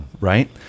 right